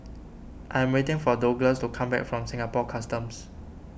I am waiting for Douglas to come back from Singapore Customs